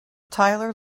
tyler